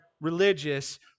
religious